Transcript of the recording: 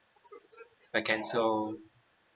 like cancel